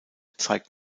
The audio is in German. zeigt